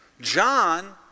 John